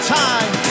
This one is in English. time